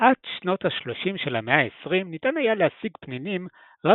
עד שנות השלושים של המאה ה-20 ניתן היה להשיג פנינים רק